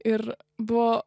ir buo